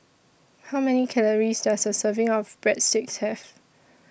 How Many Calories Does A Serving of Breadsticks Have